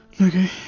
Okay